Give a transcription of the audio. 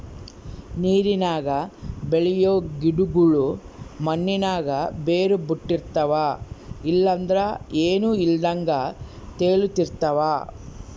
ನೀರಿನಾಗ ಬೆಳಿಯೋ ಗಿಡುಗುಳು ಮಣ್ಣಿನಾಗ ಬೇರು ಬುಟ್ಟಿರ್ತವ ಇಲ್ಲಂದ್ರ ಏನೂ ಇಲ್ದಂಗ ತೇಲುತಿರ್ತವ